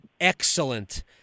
excellent